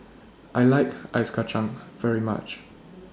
I like Ice Kacang very much